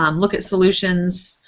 um look at solutions,